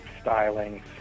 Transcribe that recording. Styling